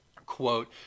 quote